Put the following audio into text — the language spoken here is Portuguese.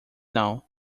não